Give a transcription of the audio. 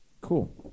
Cool